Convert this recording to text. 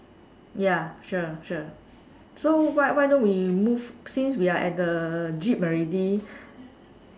ya sure sure so why why don't we move since we are at the jeep already